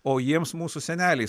o jiems mūsų seneliai